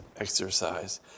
exercise